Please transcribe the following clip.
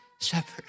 shepherd